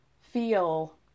feel